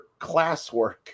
classwork